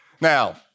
Now